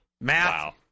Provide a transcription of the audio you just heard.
Math